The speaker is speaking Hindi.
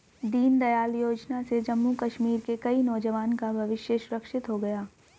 दीनदयाल योजना से जम्मू कश्मीर के कई नौजवान का भविष्य सुरक्षित हो गया